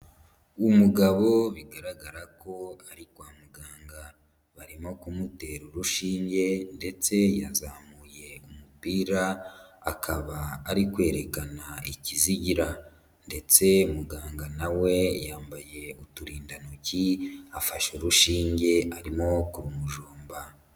Uabo bigaragara ko ari kwa muganga, barimo kumutera urushinge ndetse yazamuye umupira, akaba ari kwerekana ikizigira ndetse muganga na we yambaye uturindantoki, afashe urushinge arimo kumujomba.